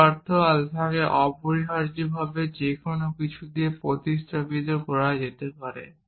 যার অর্থ আলফাকে অপরিহার্যভাবে যেকোনো কিছু দিয়ে প্রতিস্থাপিত করা যেতে পারে